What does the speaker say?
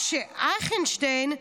משה אייכנשטיין,